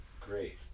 great